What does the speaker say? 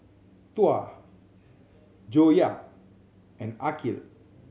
Tuah Joyah and Aqil